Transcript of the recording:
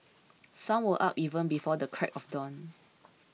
some were up even before the crack of dawn